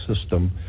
system